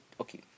okay